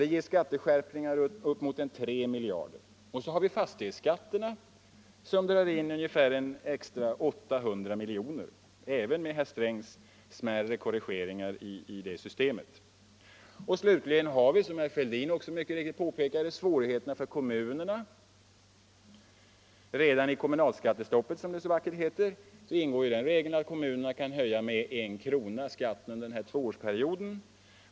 Det ger skatteskärpningar på upp mot 3 miljarder. Vi har dessutom fastighetsskatterna, som även med herr Strängs smärre korrigeringar i systemet driver in ungefär 800 miljoner extra till staten. Slutligen är det — som herr Fälldin mycket riktigt påpekade — sannolikt att kommunalskatterna stiger. I uppgörelsen om kommunalskattestoppet, som det så vackert heter, finns en bestämmelse som säger att kommunalskatterna kan höjas med 1 krona under den här tvåårsperioden.